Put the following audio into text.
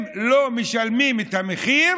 אם לא משלמים את המחיר